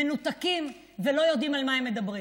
מנותקים ולא יודעים על מה הם מדברים.